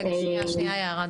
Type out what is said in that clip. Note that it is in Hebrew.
רגע, שנייה יערה.